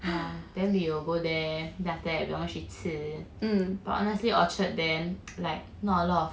then we will go there then after that 我们去吃 but honestly orchard there like not a lot of